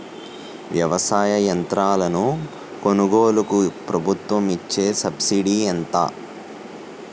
వ్యవసాయ యంత్రాలను కొనుగోలుకు ప్రభుత్వం ఇచ్చే సబ్సిడీ ఎంత?